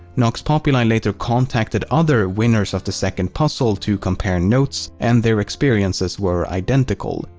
nox populi later contacted other winners of the second puzzle to compare notes and their experiences were identical.